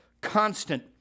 constant